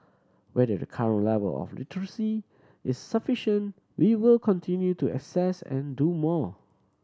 whether the current level of literacy is sufficient we will continue to assess and do more